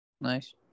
Nice